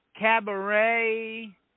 Cabaret